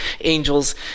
angels